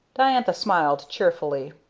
diantha smiled cheerfully.